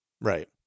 right